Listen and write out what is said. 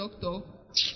Doctor